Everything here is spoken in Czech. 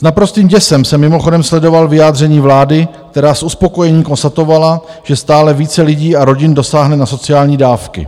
S naprostým děsem jsem mimochodem sledoval vyjádření vlády, která s uspokojením konstatovala, že stále více lidí a rodin dosáhne na sociální dávky.